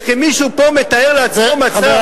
וכי מישהו פה מתאר לעצמו מצב,